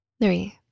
Three